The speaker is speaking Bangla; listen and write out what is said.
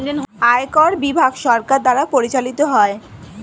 আয়কর বিভাগ সরকার দ্বারা পরিচালিত হয়